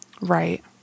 Right